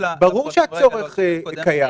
ברור שהצורך קיים.